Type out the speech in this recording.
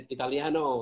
Italiano